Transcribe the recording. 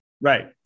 Right